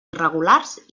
irregulars